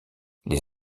les